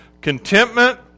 Contentment